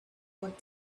what